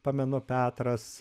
pamenu petras